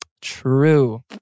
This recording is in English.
True